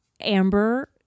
amber